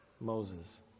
Moses